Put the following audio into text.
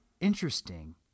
interesting